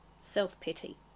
Self-pity